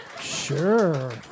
Sure